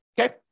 okay